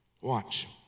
Watch